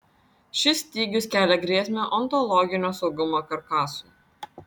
šis stygius kelia grėsmę ontologinio saugumo karkasui